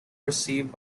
received